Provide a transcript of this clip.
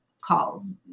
calls